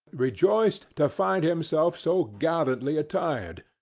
rejoiced to find himself so gallantly attired,